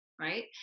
right